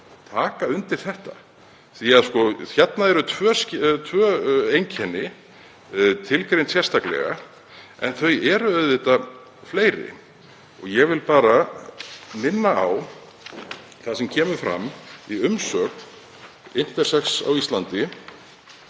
taka undir þetta. Hérna eru tvö einkenni tilgreind sérstaklega, en þau eru auðvitað fleiri. Ég vil bara minna á það sem kemur fram í umsögn Intersex Íslands.